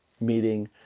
meeting